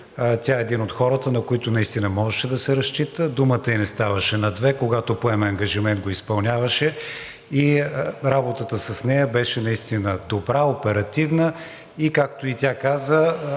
Тя е един от хората, на които наистина можеше да се разчита. Думата ѝ не ставаше на две. Когато поемаше ангажимент, го изпълняваше и работата с нея беше наистина добра, оперативна, и както тя каза,